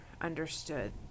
understood